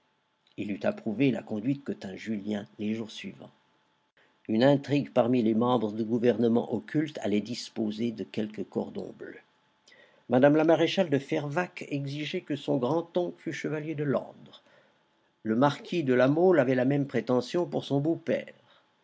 il eût approuvé la conduite que tint julien les jours suivants une intrigue parmi les membres du gouvernement occulte allait disposer de quelques cordons bleus mme la maréchale de fervaques exigeait que son grand oncle fût chevalier de l'ordre le marquis de la mole avait la même prétention pour son beau-père